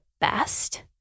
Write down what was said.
best